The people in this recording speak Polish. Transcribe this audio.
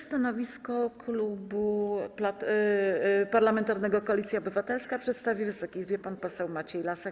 Stanowisko Klubu Parlamentarnego Koalicja Obywatelska przedstawi Wysokiej Izbie pan poseł Maciej Lasek.